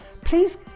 Please